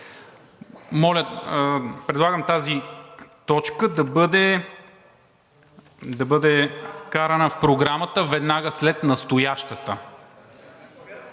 Предлагам тази точка да бъде вкарана в Програмата веднага след настоящата.